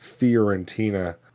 Fiorentina